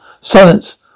silence